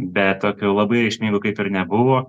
bet tokių labai reikšmingų kaip ir nebuvo